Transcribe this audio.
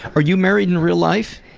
are you married in real life?